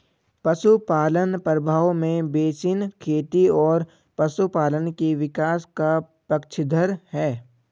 पशुपालन प्रभाव में बेसिन खेती और पशुपालन के विकास का पक्षधर है